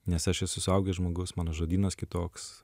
nes aš esu suaugęs žmogus mano žodynas kitoks